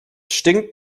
stinkt